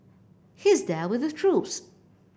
he's there with the troops